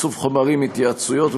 איסוף חומרים והתייעצויות,